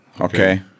okay